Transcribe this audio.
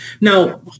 Now